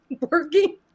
working